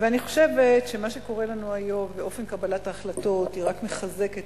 אני חושבת שמה שקורה לנו היום באופן קבלת ההחלטות רק מחזק את